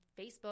Facebook